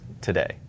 today